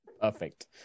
perfect